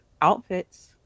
outfits